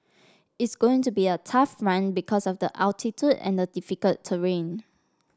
it's going to be a tough run because of the altitude and the difficult terrain